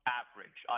average